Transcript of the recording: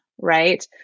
right